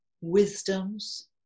wisdoms